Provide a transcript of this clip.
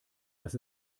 dass